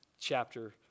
chapter